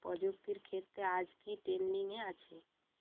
প্রযুক্তির ক্ষেত্রে আজ কী ট্রেনডিং এ আছে